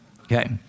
Okay